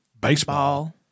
baseball